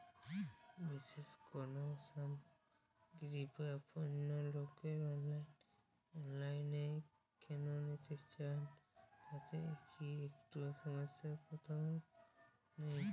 বিশেষ কোনো সামগ্রী বা পণ্য লোকেরা অনলাইনে কেন নিতে চান তাতে কি একটুও সমস্যার কথা নেই?